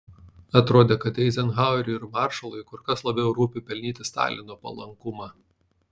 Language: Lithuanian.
atrodė kad eizenhaueriui ir maršalui kur kas labiau rūpi pelnyti stalino palankumą